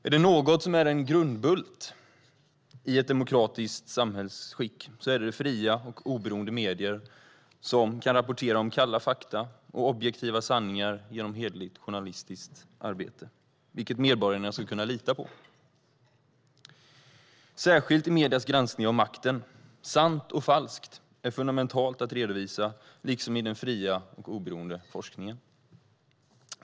Är det något som är en grundbult i ett demokratiskt samhällsskick är det fria och oberoende medier som kan rapportera om kalla fakta och objektiva sanningar genom hederligt journalistiskt arbete, vilket medborgarna ska kunna lita på. Det gäller särskilt mediernas granskning av makten. Sant och falskt är fundamentalt att redovisa, precis som i den fria och oberoende forskningen.